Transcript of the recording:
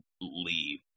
leave